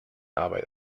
arbeit